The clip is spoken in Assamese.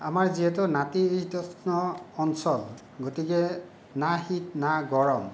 আমাৰ যিহেতু নাতিশীতোষ্ণ অঞ্চল গতিকে না শীত না গৰম